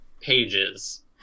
pages